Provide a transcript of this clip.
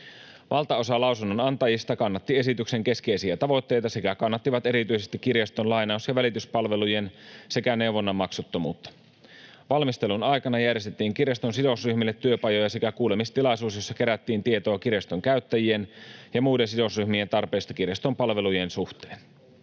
Valtaosa lausunnonantajista kannatti esityksen keskeisiä tavoitteita sekä kannatti erityisesti kirjaston lainaus- ja välityspalvelujen sekä neuvonnan maksuttomuutta. Valmistelun aikana järjestettiin kirjaston sidosryhmille työpajoja sekä kuulemistilaisuus, jossa kerättiin tietoa kirjaston käyttäjien ja muiden sidosryhmien tarpeista kirjaston palvelujen suhteen.